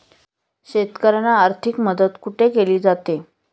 शेतकऱ्यांना आर्थिक मदत कुठे केली जाते?